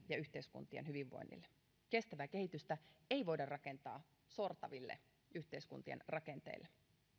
ja yhteiskuntien hyvinvoinnin kannalta kestävää kehitystä ei voida rakentaa sortaville yhteiskuntien rakenteille